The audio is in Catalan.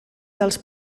dels